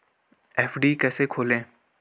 FD कैसे खोलें?